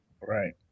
Right